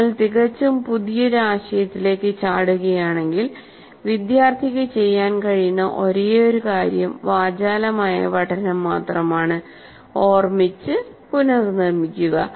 നിങ്ങൾ തികച്ചും പുതിയൊരു ആശയത്തിലേക്ക് ചാടുകയാണെങ്കിൽ വിദ്യാർത്ഥിക്ക് ചെയ്യാൻ കഴിയുന്ന ഒരേയൊരു കാര്യം വാചാലമായ പഠനം മാത്രമാണ് ഓർമ്മിച്ച് പുനർനിർമ്മിക്കുക